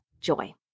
joy